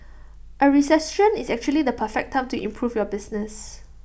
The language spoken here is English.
A recession is actually the perfect time to improve your business